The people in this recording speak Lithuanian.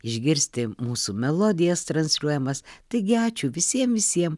išgirsti mūsų melodijas transliuojamas taigi ačiū visiem visiem